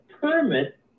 permit